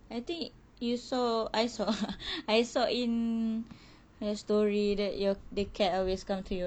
I think you saw I saw I saw in your story that your the cat always come to your room